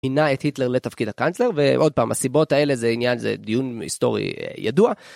הנע את היטלר לתפקיד הקאנצלר, ועוד פעם הסיבות האלה זה עניין זה דיון היסטורי ידוע.